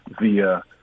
via